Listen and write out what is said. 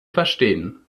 verstehen